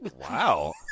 Wow